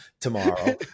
tomorrow